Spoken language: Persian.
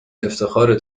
افتخاره